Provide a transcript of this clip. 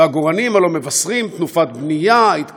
ועגורנים הלוא מבשרים תנופת בנייה, התקדמות,